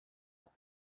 ans